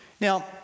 Now